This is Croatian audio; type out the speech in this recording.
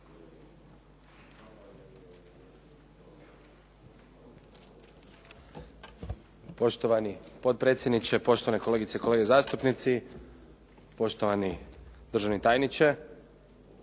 Poštovani potpredsjedniče, poštovane kolegice i kolege zastupnici, poštovani državni tajniče.